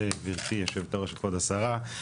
גבירתי יושבת הראש וכבוד השרה.